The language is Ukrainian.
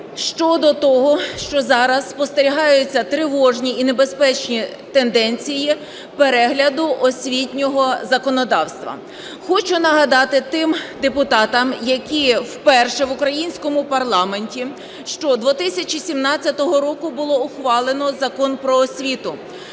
щодо того, що зараз спостерігаються тривожні і небезпечні тенденції перегляду освітнього законодавства. Хочу нагадати тим депутатам, які вперше в українському парламенті, що 2017 року було ухвалено Закон "Про освіту",